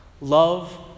Love